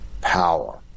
power